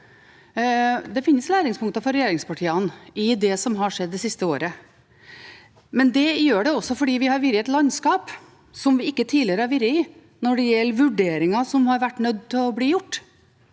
Det finnes læringspunkter for regjeringspartiene i det som har skjedd det siste året. Det gjør det også fordi vi har vært i et landskap vi ikke tidligere vært i når det gjelder vurderinger man har vært nødt til å gjøre.